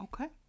Okay